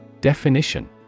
Definition